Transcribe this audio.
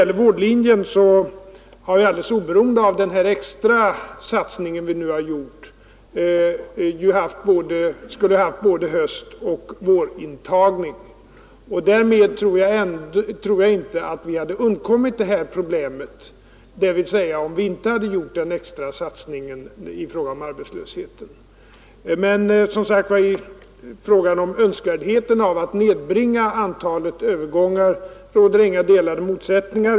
På vårdlinjen skulle vi emellertid, alldeles oberoende av den extra satsningen, ha haft både höstoch vårintagning, och därför tror jag att vi ändå inte hade undkommit de här komplikationerna. I fråga om önskvärdheten av att nedbringa antalet övergångar råder som sagt inga motsättningar.